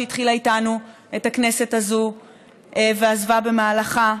שהתחילה איתנו את הכנסת הזאת ועזבה במהלכה,